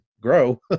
grow